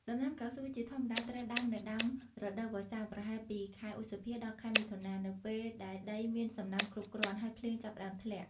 ដំណាំកៅស៊ូជាធម្មតាត្រូវដាំនៅដើមរដូវវស្សា ប្រហែលពីខែឧសភា ដល់ ខែមិថុនា នៅពេលដែលដីមានសំណើមគ្រប់គ្រាន់ ហើយភ្លៀងចាប់ផ្តើមធ្លាក់។